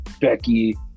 Becky